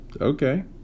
Okay